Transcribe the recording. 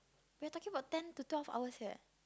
we're talking about ten to twelve hours leh